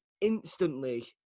instantly